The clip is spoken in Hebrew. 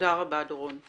תודה רבה, דורון.